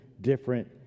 different